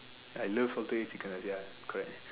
I love salted egg chicken rice ya correct